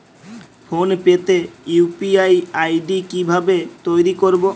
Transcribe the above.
Phone pay তে UPI ID কি ভাবে তৈরি করবো?